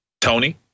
Tony